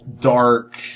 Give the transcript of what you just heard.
dark